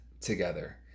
together